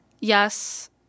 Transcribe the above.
yes